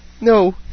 No